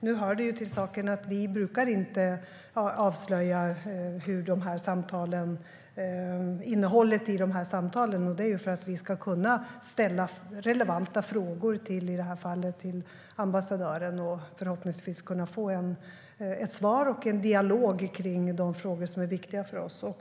Nu hör det till saken att vi inte brukar avslöja innehållet i de här samtalen, och det är ju för att vi ska kunna ställa relevanta frågor, i det här fallet till ambassadören, och förhoppningsvis kunna få ett svar och en dialog kring de frågor som är viktiga för oss.